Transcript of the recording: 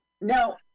Now